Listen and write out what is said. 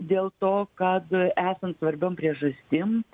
dėl to kad esant svarbiom priežastim